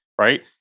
Right